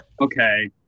Okay